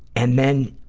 and then,